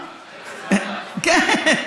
כן.